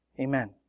Amen